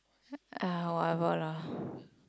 !aiya! whatever lah